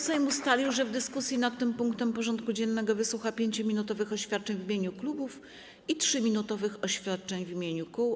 Sejm ustalił, że w dyskusji nad tym punktem porządku dziennego wysłucha 5-minutowych oświadczeń w imieniu klubów i 3-minutowych oświadczeń w imieniu kół.